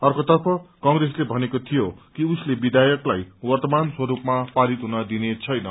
अर्कोतर्फ क्रोसले भनेको थियो कि उसले विचेयकलाई वर्त्तमान स्वरूपमा पारित हुन दिने छैन